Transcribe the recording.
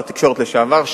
שר התקשורת לשעבר,